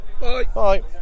Bye